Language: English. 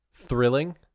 thrilling